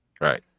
right